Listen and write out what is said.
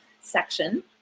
section